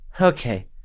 okay